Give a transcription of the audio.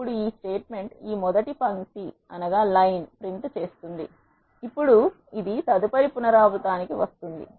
ఇప్పుడు ఈ స్టేట్మెంట్ మొదటి పంక్తి ప్రింట్ చేస్తుంది ఇప్పుడు అది తదుపరి పునరావృవ్రతానికి వస్తుంది